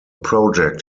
project